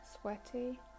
sweaty